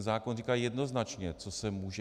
Zákon říká jednoznačně, co se může.